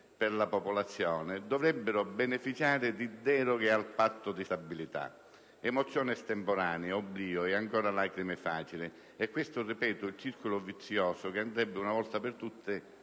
per la popolazione - dovrebbero beneficiare di deroghe al patto di stabilità. Emozione estemporanea, oblio e ancora lacrime facili: è questo - ripeto - il circolo vizioso che andrebbe una volta per tutte